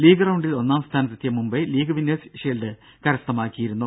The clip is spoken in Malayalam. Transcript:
ലീഗ് റൌണ്ടിൽ ഒന്നാംസ്ഥാനത്തെത്തിയ മുംബൈ ലീഗ് വിന്നേഴ്സ് ഷീൽഡ് കരസ്ഥമാക്കിയിരുന്നു